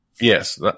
yes